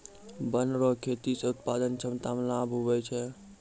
वन रो खेती से उत्पादन क्षमता मे लाभ हुवै छै